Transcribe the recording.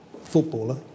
footballer